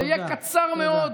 זה יהיה קצר מאוד.